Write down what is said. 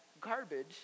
garbage